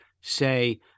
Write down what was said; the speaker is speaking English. say